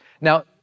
Now